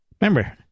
Remember